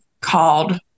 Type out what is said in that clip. called